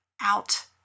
out